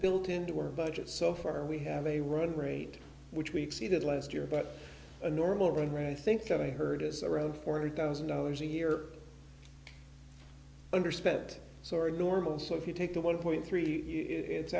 built into our budget so far we have a run rate which we exceeded last year but the normal run rate i think i heard is around forty thousand dollars a year underspent soared normal so if you take a one point three it's